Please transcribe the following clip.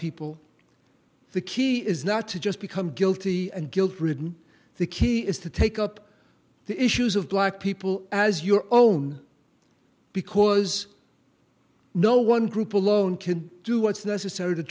people the key is not to just become guilty and guilt ridden the key is to take up the issues of black people as your own because no one group alone can do what's necessary to